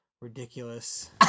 ridiculous